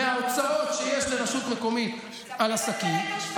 פי 3.5 מההוצאות שיש לרשות מקומית על עסקים.